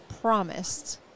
promised